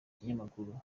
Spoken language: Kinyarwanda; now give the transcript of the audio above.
kinyamakuru